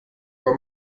über